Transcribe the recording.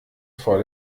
vor